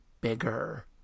bigger